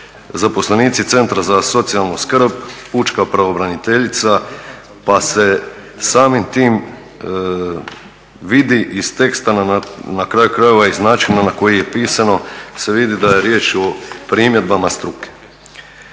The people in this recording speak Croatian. zaposlenici Centra za socijalnu skrb, pučka pravobraniteljica, pa se samim tim vidi iz teksta i na kraju krajeva iz načina na koji je pisano se vidi da je riječ o primjedbama struke.